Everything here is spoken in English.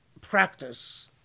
practice